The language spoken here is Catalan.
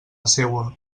seua